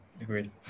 agreed